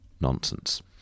nonsense